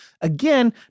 Again